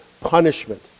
punishment